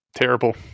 terrible